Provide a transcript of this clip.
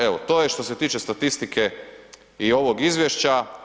Evo, to je što se tiče statistike i ovog izvješća.